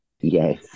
Yes